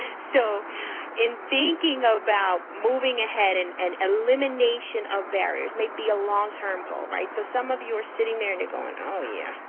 so in thinking about moving ahead and and elimination of barriers, maybe a long term goal, right? so some of you are sitting there and you're going oh yes,